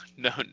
No